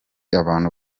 abantu